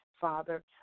Father